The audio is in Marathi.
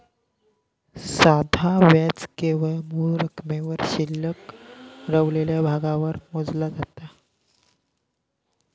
साधा व्याज केवळ मूळ रकमेवर शिल्लक रवलेल्या भागावर मोजला जाता